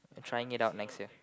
trying it out next year